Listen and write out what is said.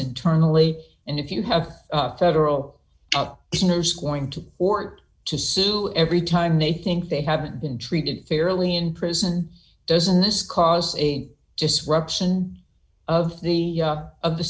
internally and if you have several business going to or to sue every time they think they haven't been treated fairly in prison doesn't this cause a disruption of the of the